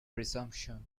presumption